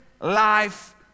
life